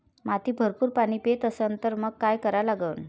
माती भरपूर पाणी पेत असन तर मंग काय करा लागन?